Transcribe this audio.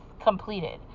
completed